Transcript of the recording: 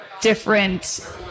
different